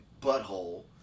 butthole